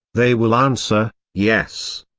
they will answer, yes.